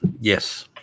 Yes